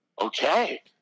Okay